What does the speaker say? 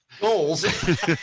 goals